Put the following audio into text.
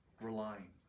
relying